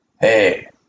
Hey